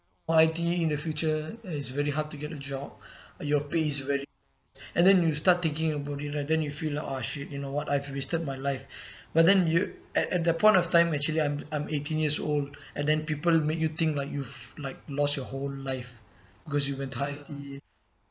for I_T_E in the future it is very hard to get a job your pays is very and then you start thinking about it right then you feel ah shit you know what I've wasted my life but then you at at that point of time actually I'm I'm eighteen years old and then people make you think like you've like lost your whole life because you went to I_T_E